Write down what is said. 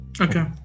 Okay